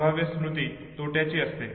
संभाव्य स्मृती तोट्याची असते